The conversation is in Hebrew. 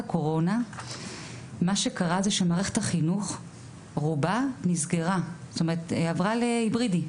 מערכת החינוך רובה נסגרה ועברה להיברידית.